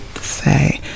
say